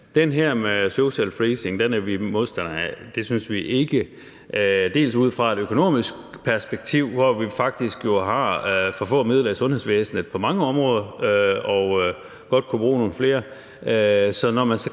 det her med social freezing er vi modstandere af, og det er vi til dels ud fra et økonomisk perspektiv, fordi vi jo faktisk har for få midler i sundhedsvæsenet på mange områder og godt kunne bruge nogle flere.